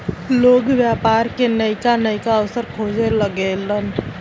लोग व्यापार के नइका नइका अवसर खोजे लगेलन